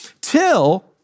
till